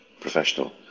professional